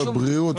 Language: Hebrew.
בריאות?